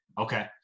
Okay